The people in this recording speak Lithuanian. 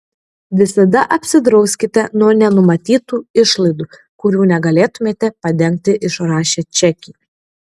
visada apsidrauskite nuo nenumatytų išlaidų kurių negalėtumėte padengti išrašę čekį